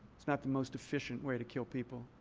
it's not the most efficient way to kill people.